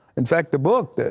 in fact, the book,